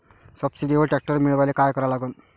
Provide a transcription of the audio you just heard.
सबसिडीवर ट्रॅक्टर मिळवायले का करा लागन?